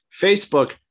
Facebook